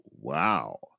wow